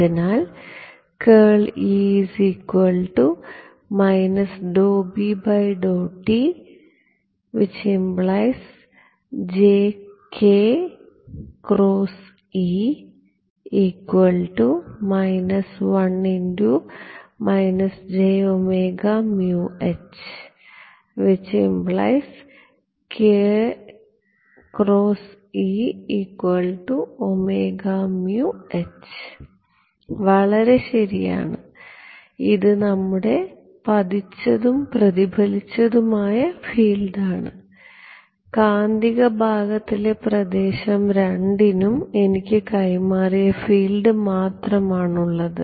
അതിനാൽ വളരെ ശരിയാണ് ഇത് നമ്മുടെ പതിച്ചതും പ്രതിഫലിച്ചതും ആയ ഫീൽഡുമാണ് കാന്തിക ഭാഗത്തിലെ പ്രദേശം 2 നും എനിക്ക് കൈമാറിയ ഫീൽഡ് മാത്രമാണ് ഉള്ളത്